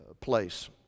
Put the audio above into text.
place